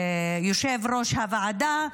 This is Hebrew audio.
ליושב-ראש הוועדה